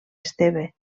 esteve